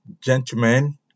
gentlemen